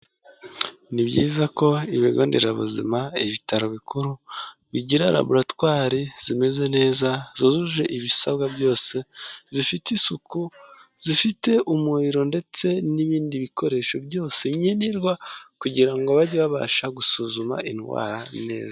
Ni byiza ko ibigo nderabuzima, ibitaro bikuru bigira raboratwari zimeze neza, zuzuje ibisabwa byose, zifite isuku, zifite umuriro ndetse n'ibindi bikoresho byose nkenerwa kugira ngo bajye babasha gusuzuma indwara neza.